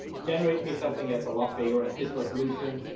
generate me something that's a lot bigger at this resolution.